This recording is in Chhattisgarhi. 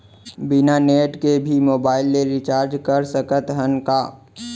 बिना नेट के भी मोबाइल ले रिचार्ज कर सकत हन का?